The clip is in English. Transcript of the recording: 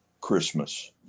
christmas